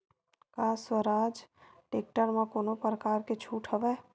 का स्वराज टेक्टर म कोनो प्रकार के छूट हवय?